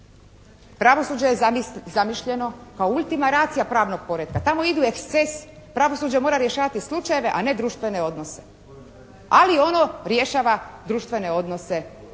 pravosuđe je zamišljeno kao ultima ratio pravnog poretka. Tamo idu ekscesi. Pravosuđe mora rješavati slučajeve, a ne društvene odnose. Ali ono rješava društvene odnose,